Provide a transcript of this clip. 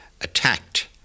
attacked